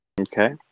Okay